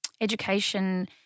Education